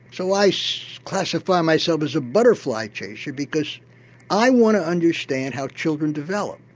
so i so classify myself as a butterfly chaser because i want to understand how children develop.